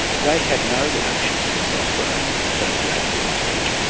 they had no reduction in testosterone associated with age,